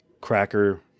cracker